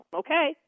okay